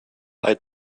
bei